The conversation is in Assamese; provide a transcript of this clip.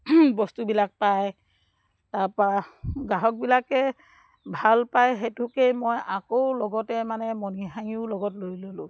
বস্তুবিলাক পায় তাৰপৰা গ্ৰাহকবিলাকে ভাল পায় সেইটোকেই মই আকৌ লগতে মানে মণিহাৰীও লগত লৈ ল'লোঁ